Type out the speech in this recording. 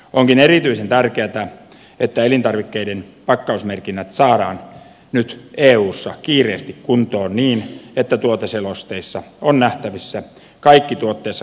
onkin erityisen tärkeätä että elintarvikkeiden pakkausmerkinnät saadaan nyt eussa kiireesti kuntoon niin että tuoteselosteissa ovat nähtävissä kaikki tuotteessa käytetyt valmistusaineet